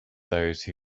those